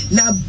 Now